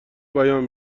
بیان